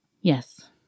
Yes